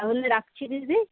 তাহলে রাখছি দিদি